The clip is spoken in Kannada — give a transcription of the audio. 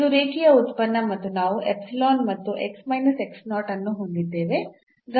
ಇದು ರೇಖೀಯ ಉತ್ಪನ್ನ ಮತ್ತು ನಾವು ಮತ್ತುಅನ್ನು ಹೊಂದಿದ್ದೇವೆ